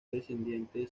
descendiente